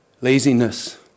Laziness